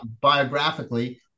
biographically